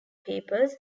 papers